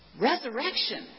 resurrection